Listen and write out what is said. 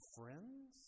friends